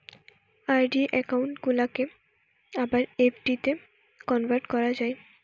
RD account গুলাকে আবার এফ.ডিতে কনভার্ট করা যায়